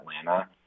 Atlanta